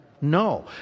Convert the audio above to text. no